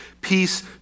peace